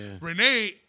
Renee